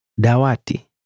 Dawati